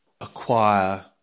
acquire